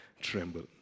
tremble